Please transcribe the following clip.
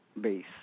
base